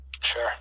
Sure